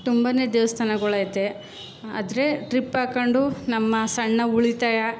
ತುಂಬನೇ ದೇವಸ್ಥಾನಗಳು ಐತೆ ಆದರೆ ಟ್ರಿಪ್ ಹಾಕೊಂಡು ನಮ್ಮ ಸಣ್ಣ ಉಳಿತಾಯ